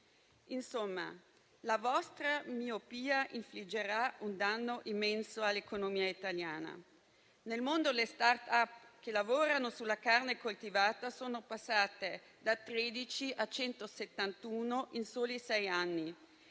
colleghi, la vostra miopia infliggerà un danno immenso all'economia italiana. Nel mondo, le *startup* che lavorano sulla carne coltivata sono passate da 13 a 171 in soli sei anni